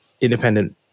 independent